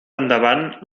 endavant